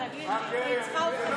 החלטתם